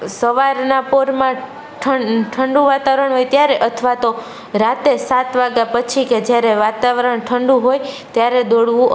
સવારના પહોરમાં ઠંડુ વાતાવરણ હોય ત્યારે અથવા તો રાત્રે સાત વાગ્યા પછી કે જ્યારે વાતાવરણ ઠંડું હોય ત્યારે દોડવું